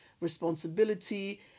responsibility